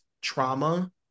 trauma